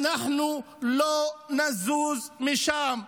ואנחנו לא נזוז משם.